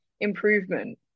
improvement